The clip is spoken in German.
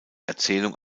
erzählung